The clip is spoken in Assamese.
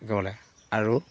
আৰু